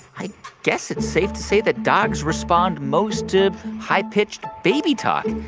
i guess it's safe to say that dogs respond most to high-pitched baby talk,